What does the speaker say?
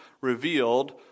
revealed